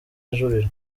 ajurira